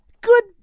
Good